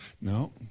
no